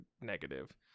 negative